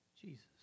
Jesus